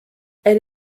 elle